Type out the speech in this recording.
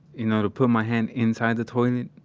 you know, to put my hand inside the toilet,